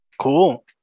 Cool